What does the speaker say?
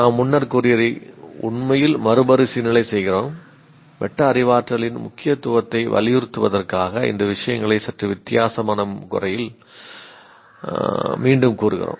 நாம் முன்னர் கூறியதை உண்மையில் மறுபரிசீலனை செய்கிறோம் மெட்டா அறிவாற்றலின் முக்கியத்துவத்தை வலியுறுத்துவதற்காக இந்த விஷயங்களை சற்று வித்தியாசமான முறையில் மீண்டும் கூறுகிறோம்